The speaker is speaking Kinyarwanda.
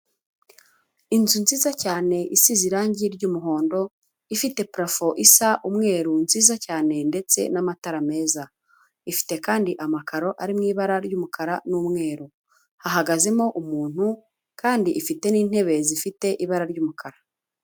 Inzu nziza cyane isize irangi ry'umuhondo, ifite parofo isa umweru nziza cyane ndetse n'amatara meza, ifite kandi amakaro ari mu ibara ry'umukara n'umweru, hahagazemo umuntu kandi ifite n'intebe zifite ibara ry'umukara.